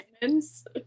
diamonds